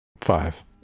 Five